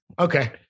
Okay